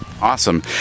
Awesome